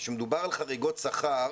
כאשר מדובר על חריגות שכר,